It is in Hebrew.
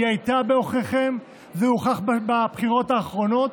היא הייתה בעוכריכם, זה הוכח בבחירות האחרונות,